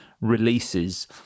releases